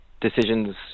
decisions